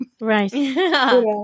Right